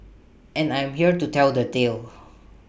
and I am here to tell the tale